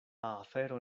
afero